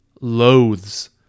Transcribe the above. loathes